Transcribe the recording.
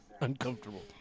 uncomfortable